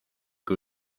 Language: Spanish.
que